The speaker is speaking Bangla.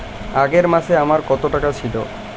আগের মাসে আমার কত টাকা ছিল?